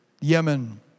Yemen